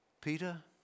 Peter